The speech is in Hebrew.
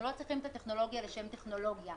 לא צריכים את הטכנולוגיה לשם טכנולוגיה.